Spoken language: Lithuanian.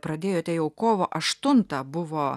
pradėjote jau kovo aštuntą buvo